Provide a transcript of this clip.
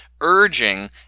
urging